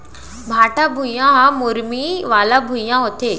भाठा भुइयां ह मुरमी वाला भुइयां होथे